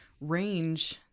range